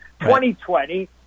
2020